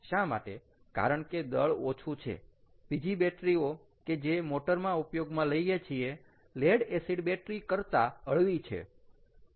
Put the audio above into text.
કારણ કે દળ ઓછું છે બીજી બેટરી ઓ કે જે મોટરમાં ઉપયોગમાં લઈએ છીએ લેડ એસિડ બેટરી કરતાં હળવી છે